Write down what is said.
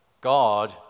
God